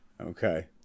Okay